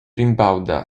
rimbauda